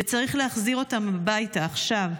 וצריך להחזיר אותם הביתה עכשיו.